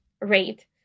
rate